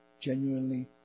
genuinely